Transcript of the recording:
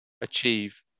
achieve